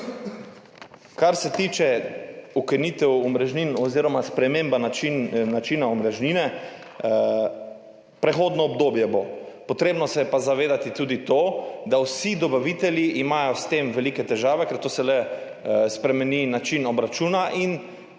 Kar se tiče ukinitev omrežnin oziroma spremembe načina omrežnine. Prehodno obdobje bo, treba pa se je zavedati tudi tega, da imajo vsi dobavitelji s tem velike težave, ker se spremeni način obračuna, in